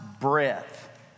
breath